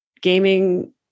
gaming